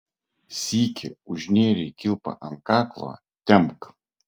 sykį užnėrei kilpą ant kaklo tempk